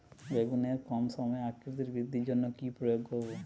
বেগুনের কম সময়ে আকৃতি বৃদ্ধির জন্য কি প্রয়োগ করব?